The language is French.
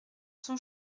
son